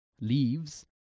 Leaves